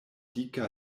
dika